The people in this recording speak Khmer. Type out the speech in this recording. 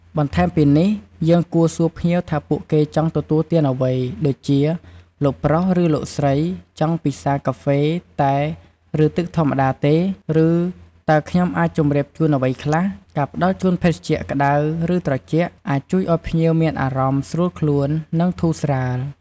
បន្ថែមពីនេះ យើងគួរ សួរភ្ញៀវ ថាពួកគេចង់ទទួលទានអ្វី ដូចជា "លោកប្រុស ឬលោកស្រី ចង់ពិសាកាហ្វេ តែ ឬទឹកធម្មតាទេ?" ឬ "តើខ្ញុំអាចជម្រាបជូនអ្វីខ្លះ?" ការផ្តល់ជូនភេសជ្ជៈក្តៅ ឬត្រជាក់ អាចជួយឲ្យភ្ញៀវមានអារម្មណ៍ស្រួលខ្លួន និងធូរស្រាល។